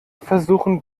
versuchen